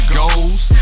goes